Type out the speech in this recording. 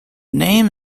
name